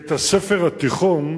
בית-הספר התיכון,